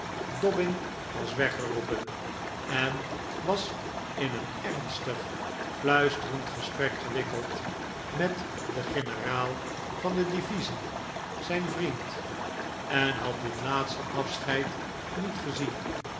dobbin was weggeroepen en was in een ernstig fluisterend gesprek gewikkeld met den generaal van de divisie zijn vriend en had dit laatste afscheid niet gezien